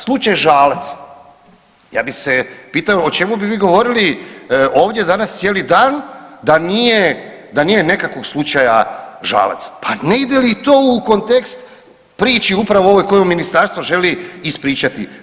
Slučaj Žalac, ja bi se pitao o čemu bi vi govorili ovdje danas cijeli dan da nije, da nije nekakvog slučaja Žalac, pa ne ide li to u kontekst upravo ovoj koju ministarstvo želi ispričati.